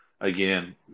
again